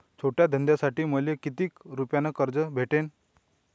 छोट्या धंद्यासाठी मले कितीक रुपयानं कर्ज भेटन?